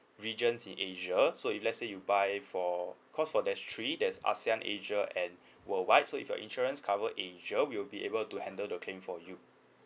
region in asia so if let's say you buy for cause for there's three there's ASEAN asia and worldwide so if your insurance cover asia we'll be able to handle the claim for you